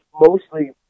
mostly